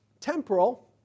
temporal